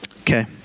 Okay